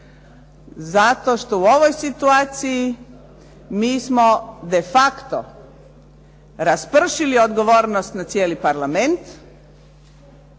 zato što u ovoj situaciji mi smo defacto raspršili odgovornost na cijeli parlament